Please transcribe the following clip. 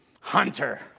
hunter